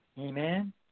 Amen